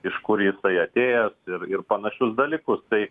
iš kur jisai atėjęs ir ir panašius dalykus tai